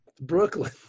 Brooklyn